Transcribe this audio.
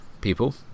people